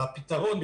הפתרון,